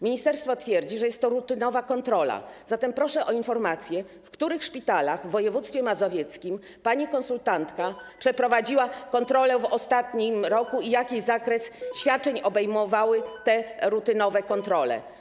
Ministerstwo twierdzi, że jest to rutynowa kontrola, zatem proszę o informację, w których szpitalach w województwie mazowieckim pani konsultantka przeprowadziła kontrole w ostatnim roku i jaki zakres świadczeń obejmowały te rutynowe kontrole?